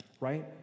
right